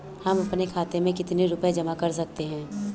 हम अपने खाते में कितनी रूपए जमा कर सकते हैं?